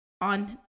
on